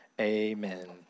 amen